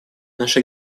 наше